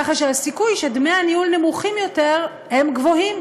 ככה שהסיכוי שדמי הניהול נמוכים יותר הם גבוהים,